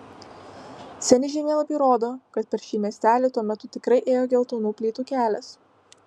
seni žemėlapiai rodo kad per šį miestelį tuo metu tikrai ėjo geltonų plytų kelias